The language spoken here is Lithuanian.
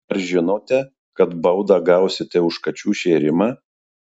ar žinote kad baudą gausite už kačių šėrimą